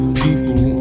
people